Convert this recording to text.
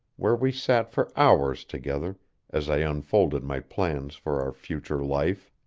where we sat for hours together as i unfolded my plans for our future life.